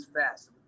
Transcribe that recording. fast